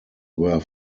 were